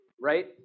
right